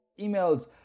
Emails